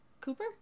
Cooper